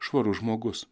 švarus žmogus